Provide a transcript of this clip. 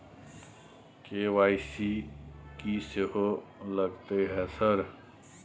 KYC की सेहो लगतै है सर?